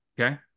Okay